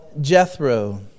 Jethro